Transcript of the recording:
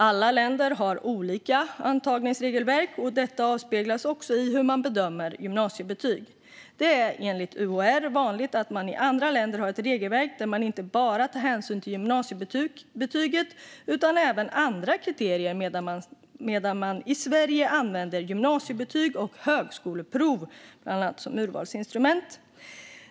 Alla länder har olika antagningsregelverk, och detta avspeglas också i hur man bedömer gymnasiebetyg. Det är enligt UHR vanligt att man i andra länder har ett regelverk där man tar hänsyn inte bara till gymnasiebetyget utan även till andra kriterier medan man i Sverige använder gymnasiebetyg och högskoleprov som urvalsinstrument.